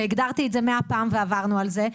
והגדרתי את זה 100 פעמים ועברנו על זה,